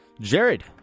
Jared